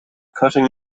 cutting